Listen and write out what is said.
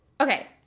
okay